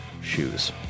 shoes